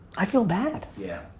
i feel bad. yeah.